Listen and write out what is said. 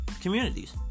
communities